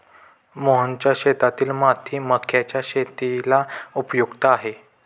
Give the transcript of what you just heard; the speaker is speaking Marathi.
मोहनच्या शेतातील माती मक्याच्या शेतीला उपयुक्त आहे